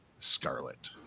scarlet